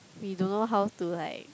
we don't know how to like